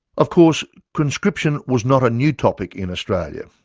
of course conscription was not a new topic in australia.